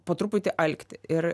po truputį alkti ir